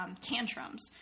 tantrums